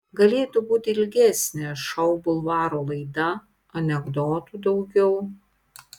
galėtų būti ilgesnė šou bulvaro laida anekdotų daugiau